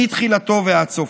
מתחילתו ועד סופו.